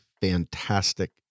fantastic